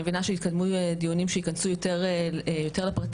מבינה שיתקיימו דיונים שיכנסו יותר לפרקים,